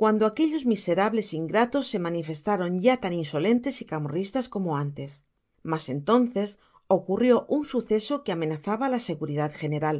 cuando aquellos miserables in gratos se manifestaron ya tan insolentes y camorristas como antes mas entonces ocurrió un suceso que amenazaba la seguridad general